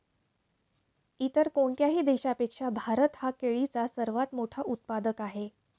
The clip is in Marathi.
इतर कोणत्याही देशापेक्षा भारत हा केळीचा सर्वात मोठा उत्पादक आहे